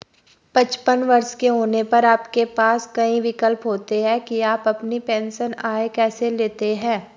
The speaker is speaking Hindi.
पचपन वर्ष के होने पर आपके पास कई विकल्प होते हैं कि आप अपनी पेंशन आय कैसे लेते हैं